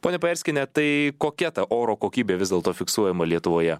ponia pajarskiene tai kokia ta oro kokybė vis dėlto fiksuojama lietuvoje